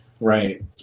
Right